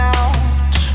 out